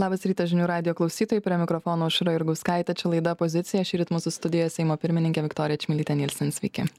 labas rytas žinių radijo klausytojai prie mikrofono aušra jurgauskaitė čia laida pozicija šįryt mūsų studijoje seimo pirmininkė viktorija čmilytė nylsen sveiki